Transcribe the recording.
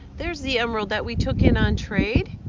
there's the emerald that we took in on trade.